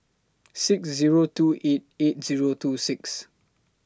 six Zero two eight eight Zero two six